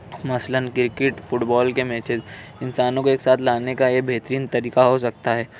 مثلاً cricket football کے matches انسانوں کو ایک ساتھ لانے کا یہ بہترین طریقہ ہو سکتا ہے